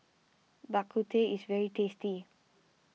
Bak Kut Teh is very tasty